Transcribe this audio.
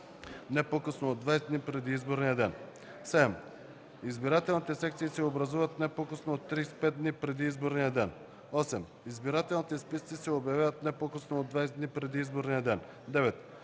не по-късно от 20 дни преди изборния ден; 7. избирателните секции се образуват не по-късно от 35 дни преди изборния ден; 8. избирателните списъци се обявяват не по-късно от 20 дни преди изборния ден; 9.